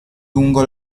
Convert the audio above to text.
lungo